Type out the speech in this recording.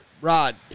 Rod